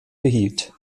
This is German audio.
behielt